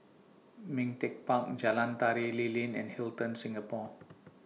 Ming Teck Park Jalan Tari Lilin and Hilton Singapore